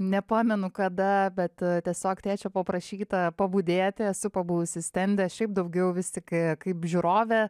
nepamenu kada bet tiesiog tėčio paprašyta pabudėti esu pabuvusi stende šiaip daugiau vis tik kai kaip žiūrovė